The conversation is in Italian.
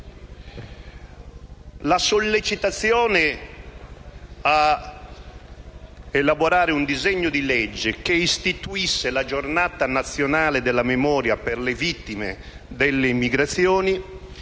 La sollecitazione ad elaborare un disegno di legge che istituisse la Giornata nazionale della memoria per le vittime dell'immigrazione